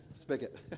spigot